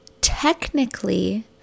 technically